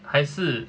还是